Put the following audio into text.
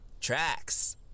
Tracks